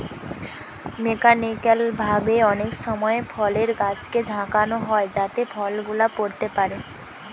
mechanical ভাবে অনেক সময় ফলের গাছকে ঝাঁকানো হয় যাতে ফল গুলা পড়তে পারে